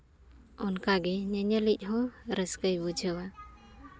ᱚᱱᱠᱟᱜᱮ ᱧᱮᱧᱮᱞᱤᱡ ᱦᱚᱸ ᱨᱟᱹᱥᱠᱟᱹᱭ ᱵᱩᱡᱷᱟᱹᱣᱟ